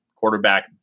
quarterback